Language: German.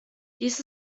dies